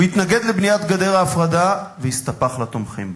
הוא התנגד לבניית גדר ההפרדה והסתפח לתומכים בה.